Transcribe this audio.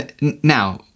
now